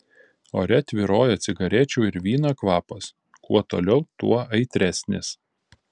ore tvyrojo cigarečių ir vyno kvapas kuo toliau tuo aitresnis